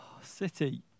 City